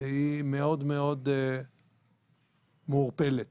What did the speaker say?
היא מאוד-מאוד מעורפלת